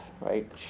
right